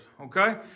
okay